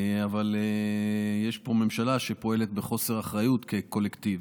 אבל יש פה ממשלה שפועלת בחוסר אחריות כקולקטיב.